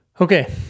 Okay